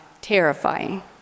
terrifying